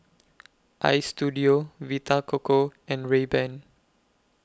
Istudio Vita Coco and Rayban